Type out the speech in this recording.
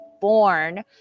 born